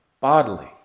bodily